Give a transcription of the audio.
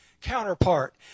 counterpart